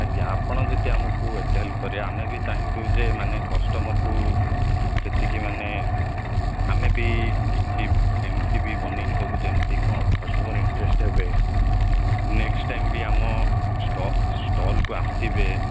ଆଜ୍ଞା ଆପଣ ଯଦି ଆମକୁ ଏତେ ହେଲ୍ପ କରିବେ ଆମେ ବି ଚାହିଁବୁ ଯେ ଏମାନେ କଷ୍ଟମରଙ୍କୁ ସେତିକି ମାନେ ଆମେ ବି କିଛି ବି ଏମିତି ବନେଇକି ଦେବୁ ଯେମିତି କ କଷ୍ଟମର୍ ଇଣ୍ଟରେଷ୍ଟ୍ ହେବେ ନେକ୍ସଟ୍ ଟାଇମ୍ ବି ଆମ ଷ୍ଟଲ୍କୁ ଆସିବେ